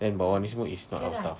then bawah ni semua is not our stuff